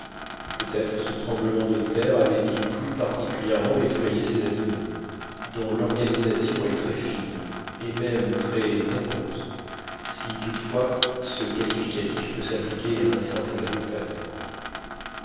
peut-être ce tremblement de terre avait-il plus particulièrement effrayé ces animaux dont l'organisation est très fine et même très nerveuse si toutefois ce qualificatif peut s'appliquer à un simple quadrupède